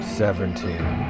seventeen